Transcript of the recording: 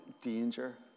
danger